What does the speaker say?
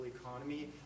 economy